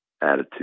attitude